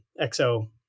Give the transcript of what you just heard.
XO